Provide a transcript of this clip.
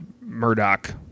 Murdoch